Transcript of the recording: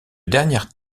dernière